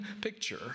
picture